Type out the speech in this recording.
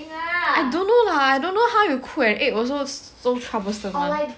I don't know lah don't know how you cook an egg also so troublesome [one]